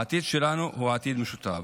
העתיד שלנו הוא עתיד משותף.